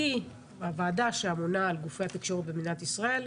אז ועדת הכלכלה היא הוועדה שאמונה על גופי התקשורת במדינת ישראל.